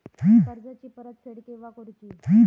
कर्जाची परत फेड केव्हा करुची?